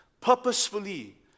purposefully